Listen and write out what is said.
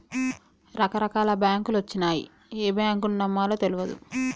రకరకాల బాంకులొచ్చినయ్, ఏ బాంకును నమ్మాలో తెల్వదు